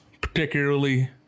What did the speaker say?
particularly